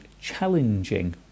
challenging